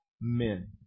men